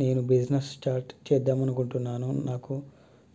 నేను business start చేద్దామనుకుంటున్నాను నాకు